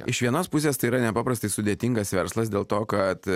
iš vienos pusės tai yra nepaprastai sudėtingas verslas dėl to kad